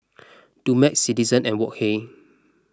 Dumex Citizen and Wok Hey